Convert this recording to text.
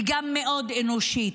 וגם מאוד אנושית.